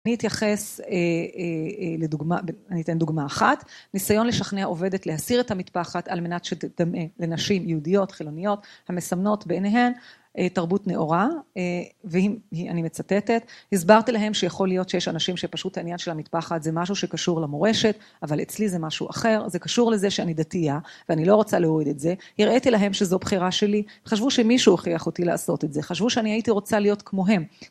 אני אתייחס לדוגמה, אני אתן דוגמה אחת, ניסיון לשכנע עובדת להסיר את המטפחת על מנת ...לנשים יהודיות, חילוניות, המסמנות ביניהן, תרבות נאורה, ואני מצטטת, הסברתי להם שיכול להיות שיש אנשים שפשוט העניין של המטפחת זה משהו שקשור למורשת, אבל אצלי זה משהו אחר, זה קשור לזה שאני דתייה, ואני לא רוצה להוריד את זה, הראיתי להם שזו בחירה שלי, חשבו שמישהו הכריח אותי לעשות את זה, חשבו שאני הייתי רוצה להיות כמוהם